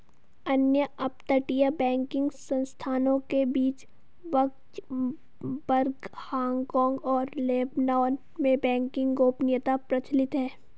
अन्य अपतटीय बैंकिंग संस्थानों के बीच लक्ज़मबर्ग, हांगकांग और लेबनान में बैंकिंग गोपनीयता प्रचलित है